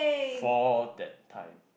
for that time